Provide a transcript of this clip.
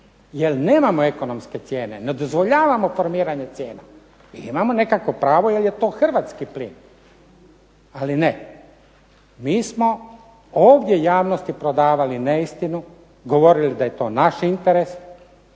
jer nemamo ekonomske cijene, ne dozvoljavamo formiranje cijena. I imamo nekakvo pravo jer je to hrvatski plin. Ali ne, mi smo ovdje javnosti prodavali neistinu, govorili da je to naš interes,